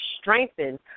strengthened